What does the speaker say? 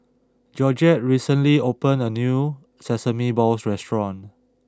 Georgette recently opened a new Sesame Balls restaurant